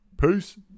Peace